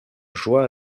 joua